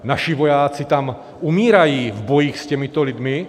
Naši vojáci tam umírají v bojích s těmito lidmi.